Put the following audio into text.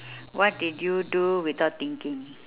what did you do without thinking